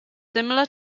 similar